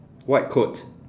white coat